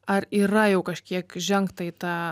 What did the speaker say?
ar yra jau kažkiek žengta į tą